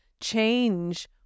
change